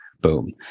Boom